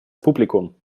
publikum